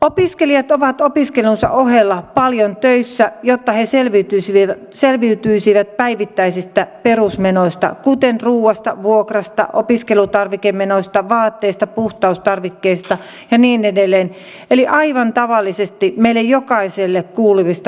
opiskelijat ovat opiskelunsa ohella paljon töissä jotta he selviytyisivät päivittäisistä perusmenoista kuten ruuasta vuokrasta opiskelutarvikemenoista vaatteista puhtaustarvikkeista ja niin edelleen eli aivan tavallisista meille jokaiselle kuuluvista perusmenoista